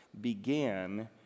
began